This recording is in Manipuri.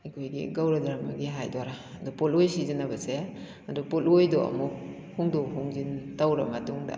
ꯑꯩꯈꯣꯏꯒꯤ ꯒꯧꯔ ꯗꯔꯃꯥꯒꯤ ꯍꯥꯏꯗꯣꯏꯔꯥ ꯑꯗ ꯄꯣꯠꯂꯣꯏ ꯁꯤꯖꯤꯟꯅꯕꯁꯦ ꯑꯗꯣ ꯄꯣꯠꯂꯣꯏꯗꯣ ꯑꯃꯨꯛ ꯍꯣꯡꯗꯣꯛ ꯍꯣꯡꯖꯤꯟ ꯒꯧꯔꯕ ꯃꯇꯨꯡꯗ